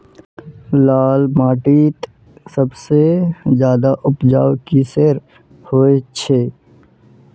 लाल माटित सबसे ज्यादा उपजाऊ किसेर होचए?